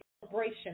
celebration